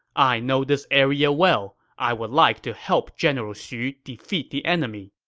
i know this area well. i would like to help general xu defeat the enemy.